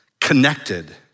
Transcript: connected